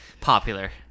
popular